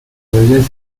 fergus